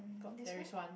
got there is one